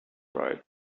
right